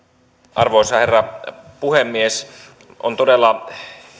arvoisa herra puhemies on todella